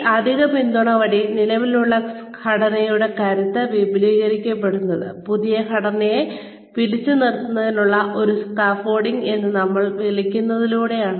ഈ അധിക പിന്തുണ വഴി നിലവിലുള്ള ഘടനയുടെ കരുത്ത് വിപുലീകരിക്കപ്പെടുന്നത് പുതിയ ഘടനയെ പിടിച്ചുനിർത്തുന്നതിനുള്ള ഒരു സ്കാർഫോൾഡിംഗ് എന്ന് നമ്മൾ വിളിക്കുന്നതിലൂടെയാണ്